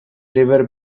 river